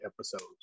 episodes